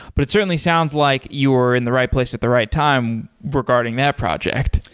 but it certainly sounds like you are in the right place at the right time regarding that project.